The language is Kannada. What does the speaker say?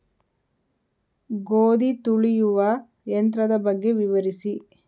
ಗೋಧಿ ತುಳಿಯುವ ಯಂತ್ರದ ಬಗ್ಗೆ ವಿವರಿಸಿ?